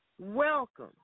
Welcome